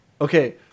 Okay